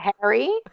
Harry